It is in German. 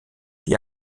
die